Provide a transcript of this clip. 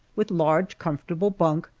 with large, comfortable bunk,